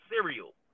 cereal